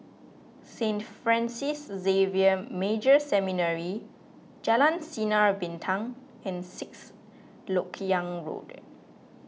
Saint Francis Xavier Major Seminary Jalan Sinar Bintang and Sixth Lok Yang Road